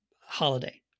holiday